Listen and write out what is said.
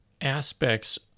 aspects